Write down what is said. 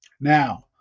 Now